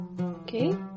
Okay